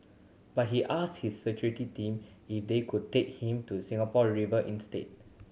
but he asked his security team if they could take him to Singapore River instead